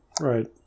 Right